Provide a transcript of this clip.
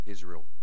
Israel